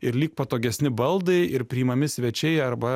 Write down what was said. ir lyg patogesni baldai ir priimami svečiai arba